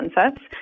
sunsets